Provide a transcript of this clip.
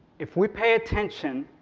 if we pay attention,